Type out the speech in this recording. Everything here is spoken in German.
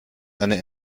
eine